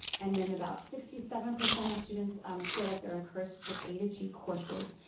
and then about sixty seven percent of students um feel like they're encouraged to take a to g courses.